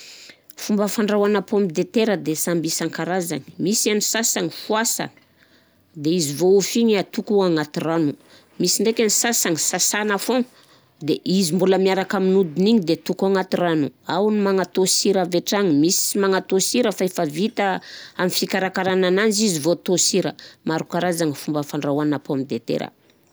Fomba fandrahoana pomme de terre de samby isan-karazany, misy amin'ny sasany voasagna de izy voaofy igny atoko agnaty rano, misy ndraiky ny sasany sasana foana de izy mbôla miaraka amin'ny hodiny igny de atoko agnaty rano, ao ny magnatao sira avy hatrany, misy sy magnatosy sira fa efa vita amin'ny fikarakarana ananzy izy vô atao sira, maro karazagny fomba fandrahoana pomme de terre.